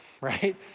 right